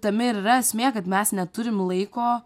tame ir yra esmė kad mes neturim laiko